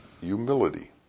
humility